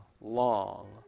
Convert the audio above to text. long